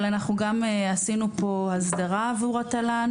אבל אנחנו גם עשינו פה הסדרה עבור התל"ן